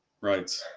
Right